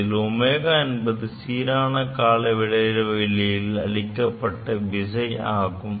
இதில் ω என்பது சீரான இடைவெளியில் அளிக்கப்பட்ட விசை ஆகும்